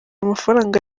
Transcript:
amafaranga